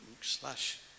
slash